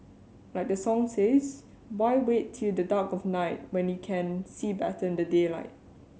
like the song says why wait till the dark of night when you can see better in the daylight